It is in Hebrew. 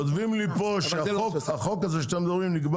כותבים לי פה שהחוק הזה שאתם מדברים נקבע